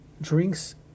drinks